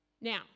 Now